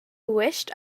wished